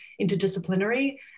interdisciplinary